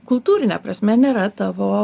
kultūrine prasme nėra tavo